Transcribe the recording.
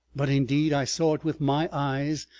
but, indeed, i saw it with my eyes,